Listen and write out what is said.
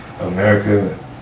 america